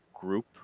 group